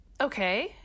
Okay